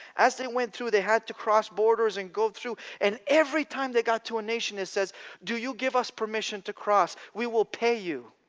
as they went through they had to cross borders and go through. and every time they got to a nation they said do you give us permission to cross? we will pay you